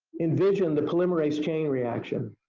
envisioned the polymerase chain reaction.